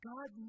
God